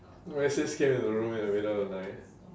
my sis came in the room in the middle of the night